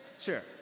Sure